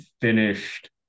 finished